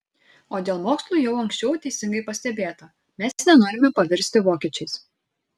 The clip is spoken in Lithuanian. o dėl mokslų jau anksčiau teisingai pastebėta mes nenorime pavirsti vokiečiais